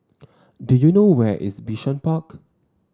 do you know where is Bishan Park